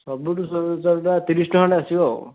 ସବୁଠୁ ସରୁ ଚାଉଳଟା ତିରିଶ ଟଙ୍କା ଆଡ଼େ ଆସିବ ଆଉ